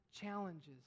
challenges